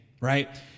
right